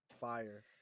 fire